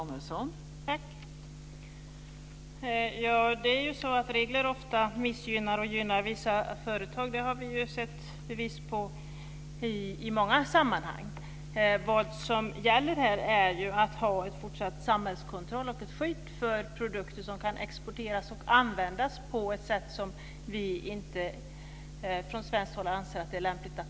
Fru talman! Det är ju så att regler ofta missgynnar företag medan de ibland gynnar vissa företag. Det har vi ju sett bevis på i många sammanhang. Vad som gäller här är att ha en fortsatt samhällskontroll av och skydd för produkter som kan exporteras och användas på ett sätt som vi från svenskt håll inte anser lämpligt.